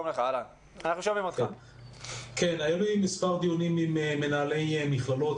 לנו מספר דיונים עם מנהלי מכללות,